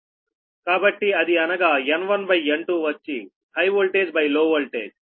కాబట్టి అది అనగా N1N2వచ్చి high voltage by low voltage